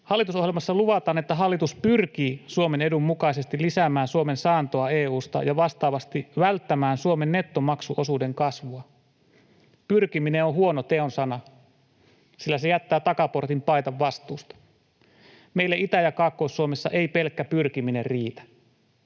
Hallitusohjelmassa luvataan, että hallitus pyrkii Suomen edun mukaisesti lisäämään Suomen saantoa EU:sta ja vastaavasti välttämään Suomen nettomaksuosuuden kasvua. Pyrkiminen on huono teonsana, sillä se jättää takaportin paeta vastuusta. Meille Itä- ja Kaakkois-Suomessa ei pelkkä pyrkiminen riitä.